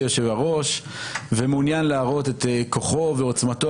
היושב-ראש ומעוניין להראות את כוחו ועוצמתו.